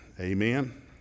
amen